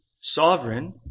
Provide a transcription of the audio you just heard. sovereign